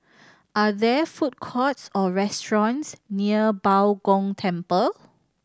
are there food courts or restaurants near Bao Gong Temple